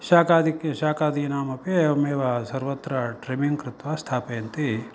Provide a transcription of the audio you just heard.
शाकादिक्य शाकादीनामपि एवमेव सर्वत्र ट्रिमिङ्ग् कृत्वा स्थापयन्ति